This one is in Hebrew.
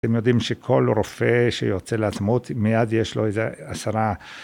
אתם יודעים שכל רופא שיוצא לעצמות, מיד יש לו איזו עשרה.